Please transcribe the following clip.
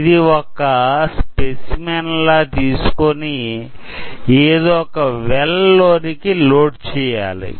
ఇది ఒక స్పెసిమన్ లా తీసుకుని ఏదొక వెల్ లోనికి లోడ్ చెయ్యాలి